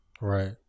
Right